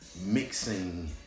mixing